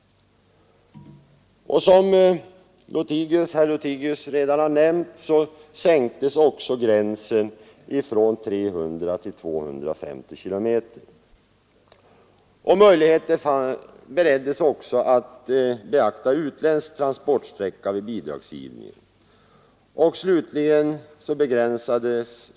Som herr Lothigius redan har nämnt sänktes också kravet på transportsträckans längd från 300 till 250 km. Möjligheter infördes också att beakta utländsk transportsträcka vid bidragsgivningen.